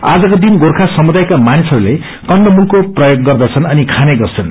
आजक्रे दिन गोर्खा समुदायका मानिसहरूले कन्दमूलको प्रयोग गर्दछन् अनि खाने गछन्